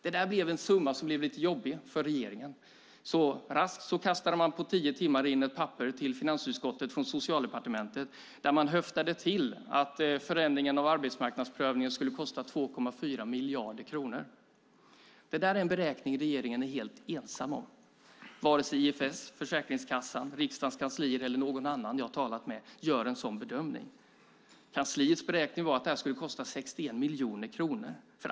Det blev en summa som blev lite jobbig för regeringen. Raskt kastade man på tio timmar in ett papper till finansutskottet från Socialdepartementet. Där höftade man till att förändringen av arbetsmarknadsprövningen skulle kosta 2,4 miljarder kronor. Detta är en beräkning som regeringen är helt ensam om. Varken ISF, Försäkringskassan, riksdagens kanslier eller någon annan jag talat med gör en sådan bedömning. Kansliets beräkning var att det skulle kosta 61 miljoner kronor.